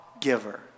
giver